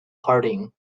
harding